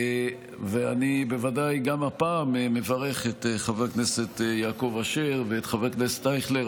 ואני בוודאי גם הפעם מברך את חבר הכנסת יעקב אשר ואת חבר הכנסת אייכלר.